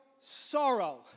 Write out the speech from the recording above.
sorrow